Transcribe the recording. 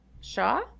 Shaw